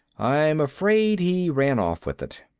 i'm afraid he ran off with it.